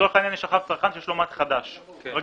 לצורך העניין יש צרכן שיש לו מד חדש, רגיל.